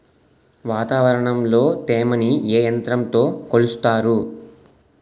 వాతావరణంలో తేమని ఏ యంత్రంతో కొలుస్తారు?